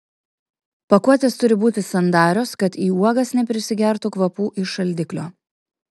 pakuotės turi būti sandarios kad į uogas neprisigertų kvapų iš šaldiklio